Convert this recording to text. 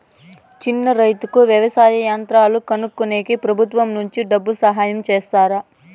చిన్న రైతుకు వ్యవసాయ యంత్రాలు కొనుక్కునేకి ప్రభుత్వం నుంచి డబ్బు సహాయం చేస్తారా?